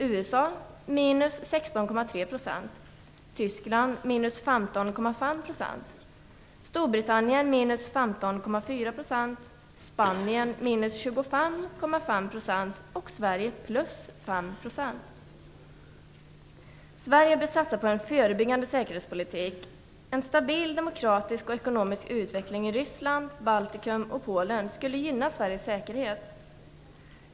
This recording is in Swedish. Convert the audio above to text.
Jag vill som exempel ta upp utgiftsutvecklingen för några stater. Förändringen gäller från Sverige bör satsa på en förebyggande säkerhetspolitik. En stabil, demokratisk och ekonomisk utveckling i Ryssland, Baltikum och Polen skulle gynna Sveriges säkerhet.